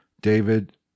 David